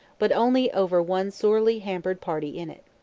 but only over one sorely hampered party in it.